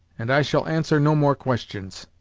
and i shall answer no more questions